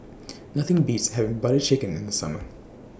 Nothing Beats having Butter Chicken in The Summer